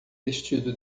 vestido